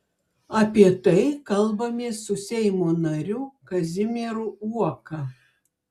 apie tai kalbamės su seimo nariu kazimieru uoka